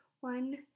one